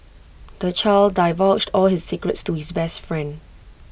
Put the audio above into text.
the child divulged all his secrets to his best friend